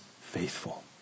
faithful